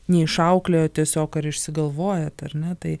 neišauklėjot tiesiog ar išsigalvojat ar ne tai